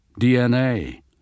DNA